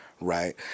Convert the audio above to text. right